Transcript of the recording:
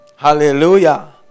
Hallelujah